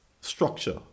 structure